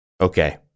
Okay